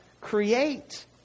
create